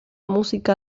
música